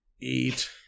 eat